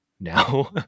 now